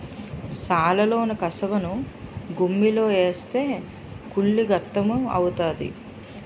సాలలోన కసవను గుమ్మిలో ఏస్తే కుళ్ళి గెత్తెము అవుతాది